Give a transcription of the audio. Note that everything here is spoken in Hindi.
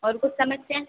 और कुछ समस्या है